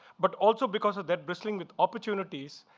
but also because of that, bristling with opportunities,